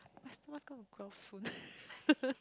my stomach's gonna growl soon